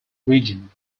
region